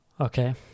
Okay